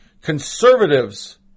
Conservatives